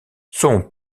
son